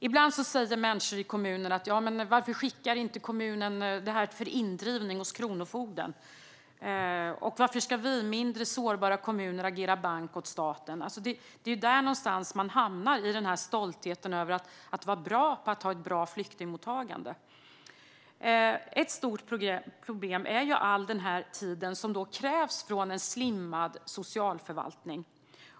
Ibland säger människor i kommunen: Varför skickar inte kommunen detta till Kronofogden för indrivning? Varför ska vi, små sårbara kommuner, agera bank åt staten? Det är någonstans där man hamnar i stoltheten över att ha ett bra flyktingmottagande. Ett stort problem är all den tid som krävs för en slimmad socialförvaltning.